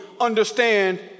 understand